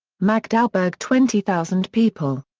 magdaburg twenty thousand people.